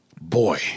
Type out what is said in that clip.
boy